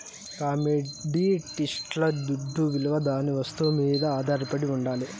కమొడిటీస్ల దుడ్డవిలువ దాని వస్తువు మీద ఆధారపడి ఉండాలి